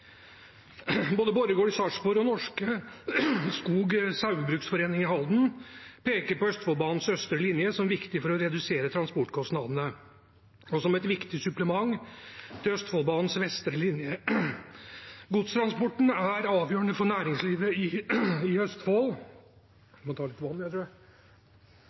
Både Borregaard i Sarpsborg og Norske Skog Saugbrugs i Halden peker på Østfoldbanens østre linje som viktig for å redusere transportkostnadene og som et viktig supplement til Østfoldbanens vestre linje. Godstransporten er avgjørende for næringslivet i Østfold,